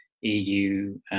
EU